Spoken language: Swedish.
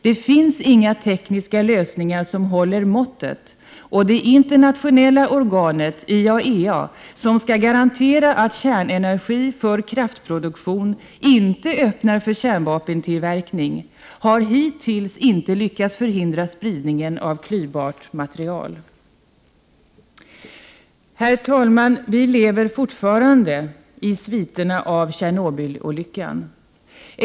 Det finns inga tekniska lösningar som håller måttet, och det internationella organet IAEA, som skall garantera att kärnenergi för kraftproduktion inte öppnar för kärnvapentillverkning, har hittills inte lyckats förhindra spridningen av klyvbart material. Herr talman! Vi lever fortfarande i sviterna av Tjernobylolyckan.